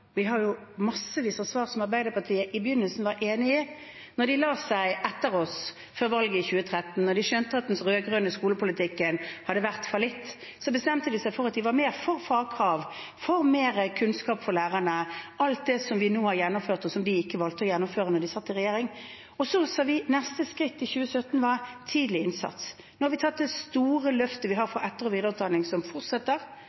som Arbeiderpartiet i begynnelsen var enig i. Når de la seg etter oss før valget i 2013, når de skjønte at den rød-grønne skolepolitikken hadde spilt falitt, bestemte de seg for at de var mer for fagkrav og mer kunnskap for lærerne – alt det vi nå har gjennomført, og som de valgte ikke å gjennomføre da de satt i regjering. Så sa vi at neste skritt, i 2017, var tidlig innsats. Nå har vi tatt det store løftet for etter- og videreutdanning, som fortsetter, men så tar vi